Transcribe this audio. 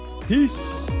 peace